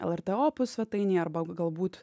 lrt opus svetainėje arba galbūt